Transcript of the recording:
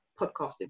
podcasting